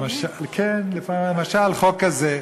למשל, החוק הזה.